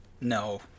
No